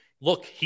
Look